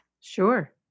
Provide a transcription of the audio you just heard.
Sure